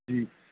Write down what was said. जी